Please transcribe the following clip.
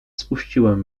spuściłem